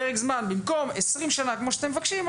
במקום 20 שנה כמו שאתם מבקשים,